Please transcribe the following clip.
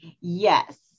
yes